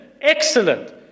excellent